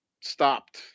stopped